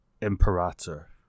Imperator